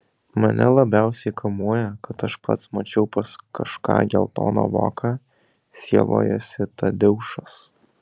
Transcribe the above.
mane labiausiai kamuoja kad aš pats mačiau pas kažką geltoną voką sielojosi tadeušas